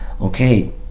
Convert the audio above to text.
Okay